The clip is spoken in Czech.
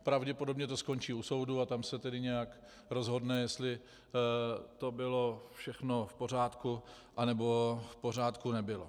Pravděpodobně to skončí u soudu a tam se nějak rozhodne, jestli to bylo všechno v pořádku, anebo v pořádku nebylo.